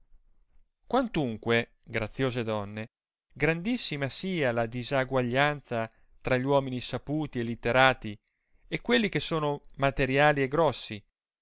quantunque graziose donne grandissima sia la disaguaglianza tra gli uomini saputi e litterati e qu elli che sono materiali e grossi